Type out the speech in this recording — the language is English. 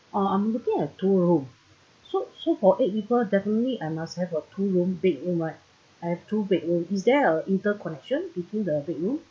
uh I'm looking at two room so so for eight people definitely I must have a two room big room right I have two big room is there a interconnection between the big room